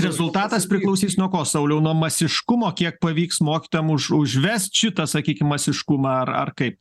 rezultatas priklausys nuo ko sauliau nuo masiškumo kiek pavyks mokytojam už užvest šitą sakykim masiškumą ar ar kaip